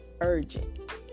urgent